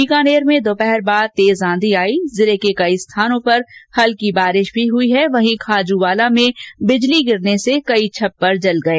बीकानेर में दोपहर बाद तेज आंधी आई जिले के कई स्थानों पर हल्की बारिश भी हुई है वहीं खाजूवाला में बिजली गिरने से कई छप्पर जल गए